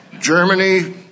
Germany